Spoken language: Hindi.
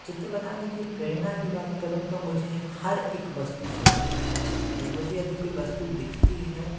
चित्र बनाने कि प्रेरणा कि बात करूँ तो मुझे हर एक वस्तु से उसकी प्रेरणा मिलती है मुझे यदि कोई वस्तु दिखती है